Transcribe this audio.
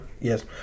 Yes